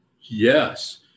Yes